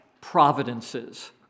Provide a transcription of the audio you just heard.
providences